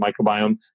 microbiome